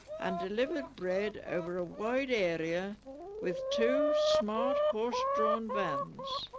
and delivered bread over a wide area with two smart horse-drawn vans